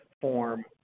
form